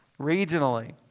regionally